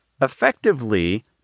effectively